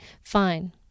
Fine